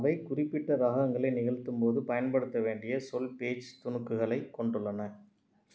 அவை குறிப்பிட்ட ராகங்களை நிகழ்த்தும்போது பயன்படுத்த வேண்டிய சொல் பேஜ் துணுக்குகளைக் கொண்டுள்ளன